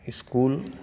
school